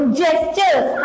gestures